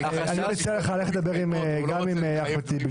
אני מציע לך לדבר גם עם אחמד טיבי,